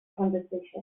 conversation